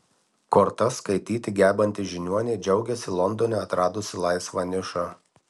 kortas skaityti gebanti žiniuonė džiaugiasi londone atradusi laisvą nišą